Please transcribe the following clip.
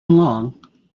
long